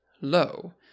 low